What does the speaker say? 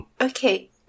Okay